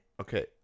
Okay